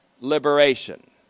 liberation